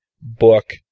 book